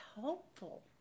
helpful